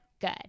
Good